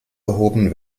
behoben